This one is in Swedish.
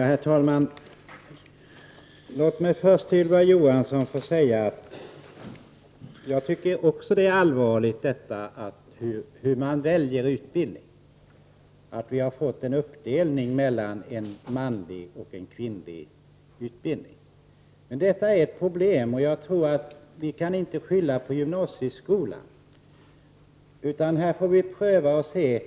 Herr talman! Låt mig först säga till Ylva Johansson att också jag tycker att hur man väljer utbildning är en allvarlig fråga, och att det är allvarligt att vi har fått en uppdelning mellan en manlig och en kvinnlig utbildning. Det är ett problem. Jag tror dock inte att vi kan skylla på gymnasieskolan. Vi får i stället pröva och se